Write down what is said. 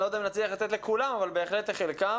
אני לא יודע אם נצליח לתת לכולם אבל בהחלט לחלקם.